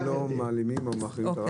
הם לא מעלימים או מחרימים את הרב-קו?